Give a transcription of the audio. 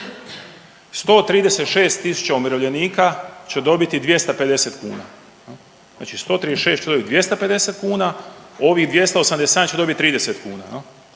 136 tisuća umirovljenika će dobiti 250 kuna jel, znači 136 će dobit 250 kuna, ovih 287 će dobit 30 kuna